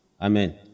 Amen